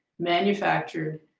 manufactured,